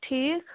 ٹھیٖک